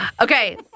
Okay